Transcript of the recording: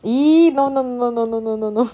!ee! no no no no no no no no